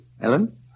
Ellen